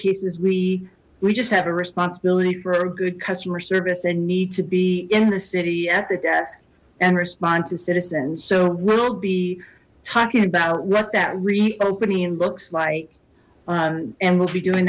cases we we just have a responsibility for a good customer service and need to be in the city at the desk and respond to citizens so we'll be talking about what that reopening looks like and we'll be doing